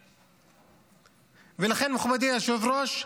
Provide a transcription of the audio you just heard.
ולכן, מכובדי היושב-ראש,